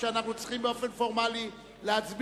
שאנחנו צריכים באופן פורמלי להצביע,